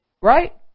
right